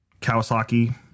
Kawasaki